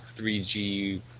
3G